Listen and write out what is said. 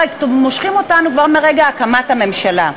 תראה, מושכים אותנו כבר מרגע הקמת הממשלה.